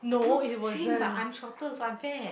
no same but I'm shorter so I'm fat